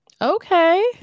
Okay